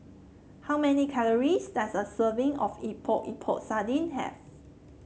how many calories does a serving of Epok Epok Sardin have